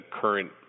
current